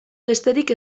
besterik